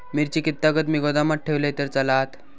मिरची कीततागत मी गोदामात ठेवलंय तर चालात?